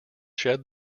shed